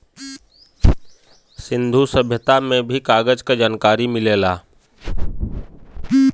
सिंन्धु सभ्यता में भी कागज क जनकारी मिलेला